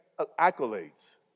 accolades